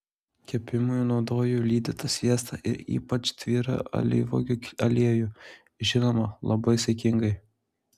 kepimui naudoju lydytą sviestą ir ypač tyrą alyvuogių aliejų žinoma labai saikingai